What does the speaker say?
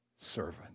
servant